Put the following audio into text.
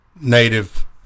native